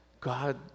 God